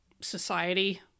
society